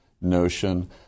notion